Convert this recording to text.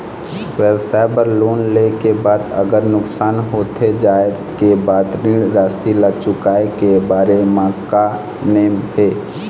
व्यवसाय बर लोन ले के बाद अगर नुकसान होथे जाय के बाद ऋण राशि ला चुकाए के बारे म का नेम हे?